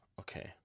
Okay